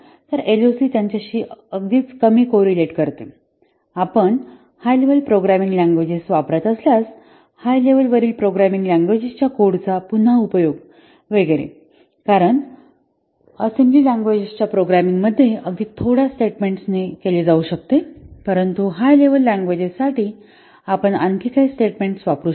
तर एलओसी त्यांच्याशी अगदीच कमी कोरिलेट करते आपण हाय लेव्हल प्रोग्रामिंग लँग्वेजेस वापरत असल्यास हाय लेव्हल वरील प्रोग्रामिंग लँग्वेजेसच्या कोडचा पुन्हा उपयोग वगैरे कारण असेम्बली लँग्वेजेसच्या प्रोग्रामिंग मध्ये अगदी थोड्या स्टेटमेंट ने केले जाऊ शकते परंतु हाय लेव्हल लँग्वेजेस साठी आपण आणखी काही स्टेटमेंट वापरू शकता